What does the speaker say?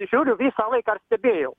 žiūriu visą laiką ir stebėjau